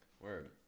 Word